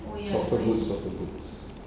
soccer boots soccer boots